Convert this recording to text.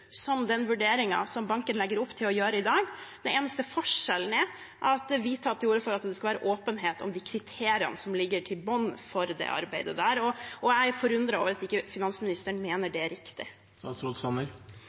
som den vurderingen som banken legger opp til å gjøre i dag. Den eneste forskjellen er at vi tar til orde for at det skal være åpenhet om de kriteriene som ligger i bunnen for det arbeidet, og jeg er forundret over at ikke finansministeren mener